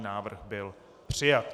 Návrh byl přijat.